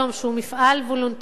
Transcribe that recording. שהוא מפעל וולונטרי,